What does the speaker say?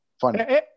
Funny